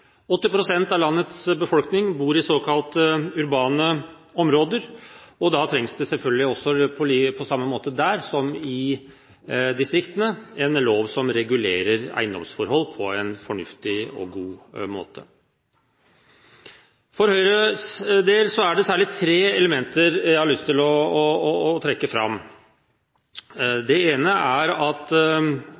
pst. av landets befolkning bor i såkalte urbane områder, og da trengs det selvfølgelig også der, på samme måte som i distriktene, en lov som regulerer eiendomsforhold på en fornuftig og god måte. For Høyres del er det særlig tre elementer jeg har lyst til å trekke fram: Det ene er at